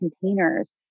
containers